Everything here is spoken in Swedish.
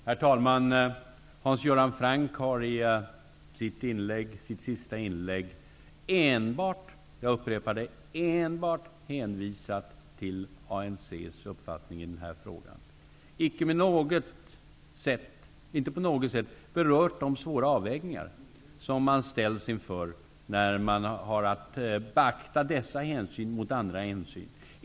Herr talman! Hans Göran Franck hänvisade i sitt sista inlägg enbart till ANC:s uppfattning i frågan. Han berörde inte på något sätt de svåra avvägningar som man ställs inför när man har att beakta dessa hänsyn mot andra hänsyn.